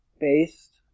based